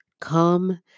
come